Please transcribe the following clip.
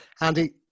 andy